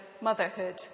motherhood